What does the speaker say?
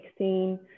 16